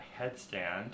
headstand